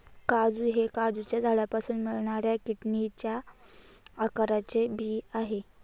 काजू हे काजूच्या झाडापासून मिळणाऱ्या किडनीच्या आकाराचे बी आहे